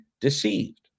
deceived